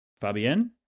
Fabienne